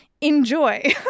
enjoy